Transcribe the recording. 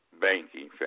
Banking